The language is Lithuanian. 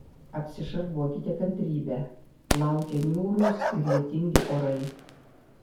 apsišarvuokite kantrybe laukia niūrūs ir lietingi orai